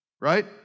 right